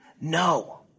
No